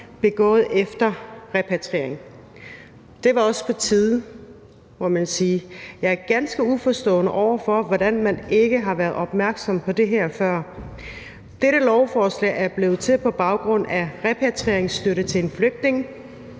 begået efter repatriering. Det var også på tide, må man sige. Jeg er ganske uforstående over for, at man ikke har været opmærksom på det her før. Dette lovforslag er blevet til på baggrund af repatrieringsstøtte til en flygtning,